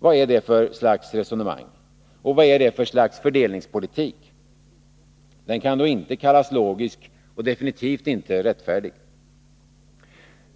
Vad är det för slags resonemang? Och vad är det för slags fördelningspolitik? Den kan då inte kallas logisk och definitivt inte rättfärdig.